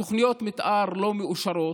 תוכניות מתאר לא מאושרות,